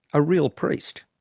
a real priest.